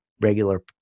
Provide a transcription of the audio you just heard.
regular